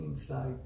inside